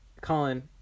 Colin